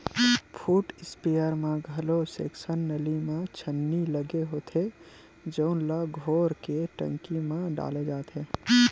foot sprayer म घलो suction नली म छन्नी लगे होथे जउन ल घोर के टंकी म डाले जाथे